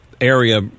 area